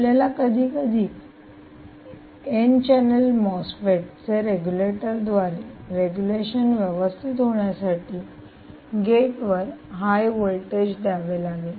आपल्याला कधीकधी N channel MOSFET चे रेगुलेटर द्वारे रेगुलेशन व्यवस्थित होण्यासाठी गेटवर हाय व्होल्टेज द्यावे लागते